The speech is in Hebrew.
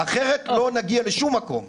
אחרת לא נגיע לשום מקום.